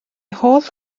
holl